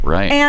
Right